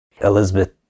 Elizabeth